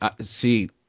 see